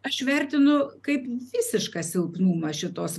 aš vertinu kaip visišką silpnumą šitos